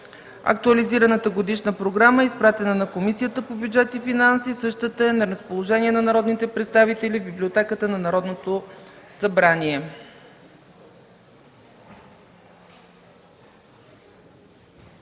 Актуализираната годишна програма е изпратена на Комисията по бюджет и финанси. Същата е на разположение на народните представители в Библиотеката на Народното събрание.